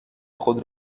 خود